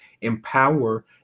empower